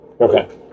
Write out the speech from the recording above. Okay